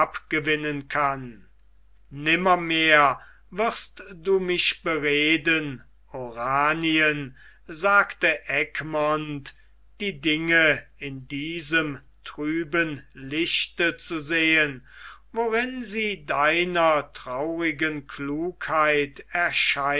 abgewinnen kann nimmermehr wirst du mich bereden oranien sagte egmont die dinge in diesem trüben lichte zu sehen worin sie deiner traurigen klugheit